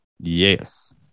yes